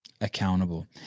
accountable